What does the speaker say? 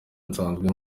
nsanzwe